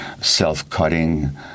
self-cutting